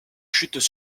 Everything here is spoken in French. chutes